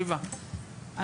ריבה,